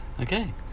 Okay